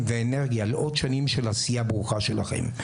ואנרגיה לעוד שנים של עשייה ברוכה שלכם.